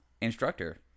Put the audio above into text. instructor